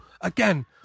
again